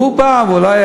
והוא